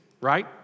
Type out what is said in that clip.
right